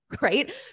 Right